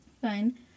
Fine